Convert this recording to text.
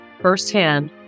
firsthand